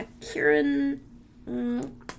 Kieran